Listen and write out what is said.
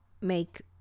make